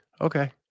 Okay